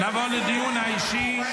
נעבור לדיון האישי.